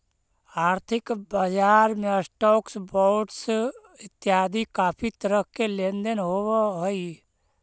आर्थिक बजार में स्टॉक्स, बॉंडस इतियादी काफी तरह के लेन देन होव हई